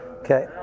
Okay